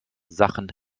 sachen